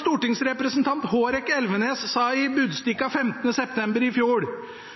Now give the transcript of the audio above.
Stortingsrepresentant Hårek Elvenes sa i Budstikka 15. september i fjor